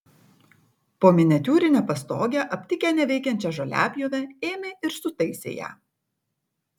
po miniatiūrine pastoge aptikę neveikiančią žoliapjovę ėmė ir sutaisė ją